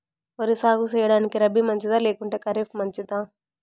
వరి సాగు సేయడానికి రబి మంచిదా లేకుంటే ఖరీఫ్ మంచిదా